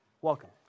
Welcome